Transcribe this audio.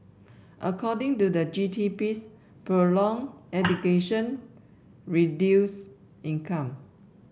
according to the G T piece prolong education reduce income